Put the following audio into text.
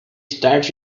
start